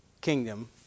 kingdom